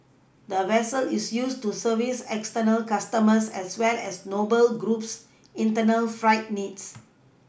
the vessel is used to service external customers as well as Noble Group's internal freight needs